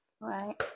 right